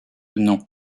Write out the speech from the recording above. nom